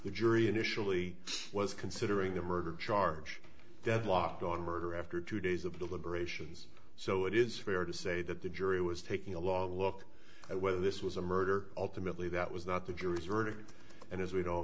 the jury initially was considering the murder charge deadlocked on murder after two days of deliberations so it is fair to say that the jury was taking a long look at whether this was a murder ultimately that was not the jury's verdict and as we don't